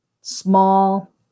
small